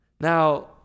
Now